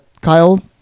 Kyle